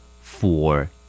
Four